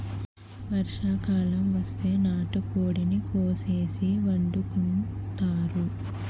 వర్షాకాలం వస్తే నాటుకోడిని కోసేసి వండుకుంతారు